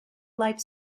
life